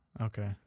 Okay